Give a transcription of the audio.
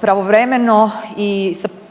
pravovremeno i sa